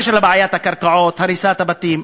בעניין בעיית הקרקעות, הריסת הבתים,